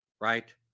right